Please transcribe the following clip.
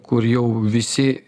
kur jau visi